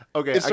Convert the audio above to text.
okay